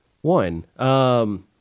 One